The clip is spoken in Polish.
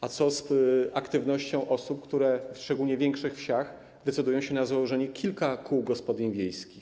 A co z aktywnością osób, które, szczególnie w większych wsiach, decydują się na założenie kilku kół gospodyń wiejskich?